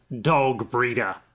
Dog-breeder